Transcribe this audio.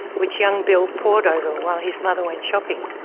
which young bill pored over while his mother went shopping.